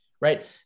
right